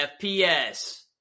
FPS